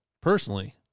Personally